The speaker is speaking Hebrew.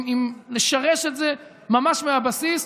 עם לשרש את זה ממש מהבסיס.